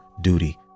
duty